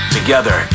Together